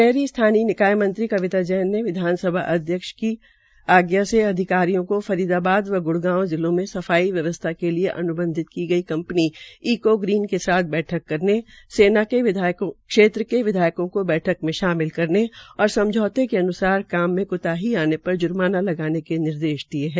शहरी स्थानीय निकाय मंत्री कविता जैन ने विधानसभा अध्यक्ष की आज्ञा से अधिकारियों को फरीदाबाद व ग्रूग्राम जिलो में सफाई व्यवस्था के लिये अन्बंधित की गई कंपनी इकोग्रीन के साथ बैठक करने क्षेत्र के विधायकों को बैठक में शामिल करने और आगे समझौते के अन्सार काम में क्ताही आने पर ज्माना लगाने के निर्देश दिये है